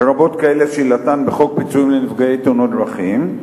לרבות כאלה שעילתן בחוק פיצויים לנפגעי תאונות דרכים,